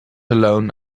alone